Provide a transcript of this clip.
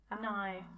No